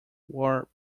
war